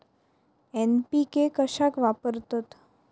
NPK कशाक वापरतत?